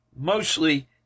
Mostly